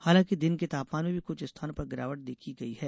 हालांकि दिन के तापमान में भी कुछ स्थानों पर गिरावट देखी गई है